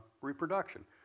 reproduction